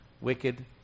wicked